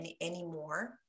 anymore